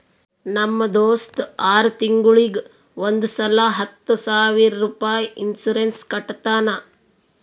ನಮ್ ದೋಸ್ತ ಆರ್ ತಿಂಗೂಳಿಗ್ ಒಂದ್ ಸಲಾ ಹತ್ತ ಸಾವಿರ ರುಪಾಯಿ ಇನ್ಸೂರೆನ್ಸ್ ಕಟ್ಟತಾನ